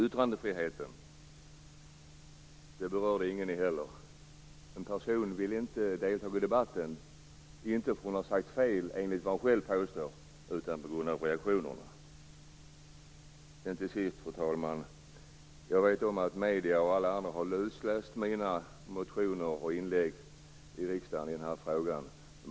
Yttrandefriheten berörde ingen heller. En person vill inte delta i debatten, inte för att hon har sagt fel enligt vad hon själv påstår utan på grund av reaktionerna. Till sist, fru talman: Jag vet att medierna och alla andra har lusläst mina motioner och inlägg i riksdagen i den här frågan.